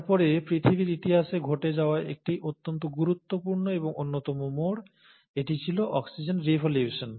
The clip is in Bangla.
তারপরে পৃথিবীর ইতিহাসে ঘটে যাওয়া একটি অত্যন্ত গুরুত্বপূর্ণ এবং অন্যতম মোড় এটি ছিল অক্সিজেন রিভলিউশন